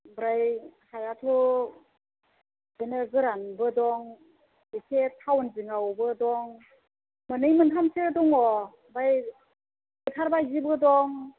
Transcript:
ओमफ्राय हायाथ' बिदिनो गोरानबो दं एसे थावन जिङावबो दं मोननै मोनथामसो दङ ओमफ्राय फोथार बायदिबो दं